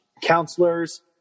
counselors